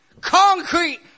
concrete